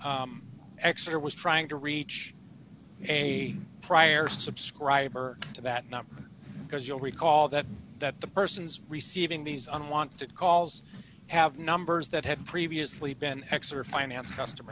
or was trying to reach a prior subscriber to that number because you'll recall that that the person's receiving these unwanted calls have numbers that had previously been x or finance customer